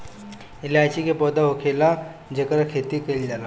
इलायची के पौधा होखेला जेकर खेती कईल जाला